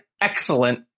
excellent